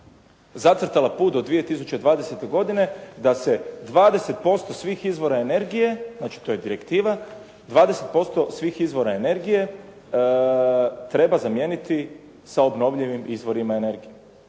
zacrtala put do 2020. godine da se 20% svih izvora energije, znači to je direktiva, treba zamijeniti sa obnovljivim izvorima energije.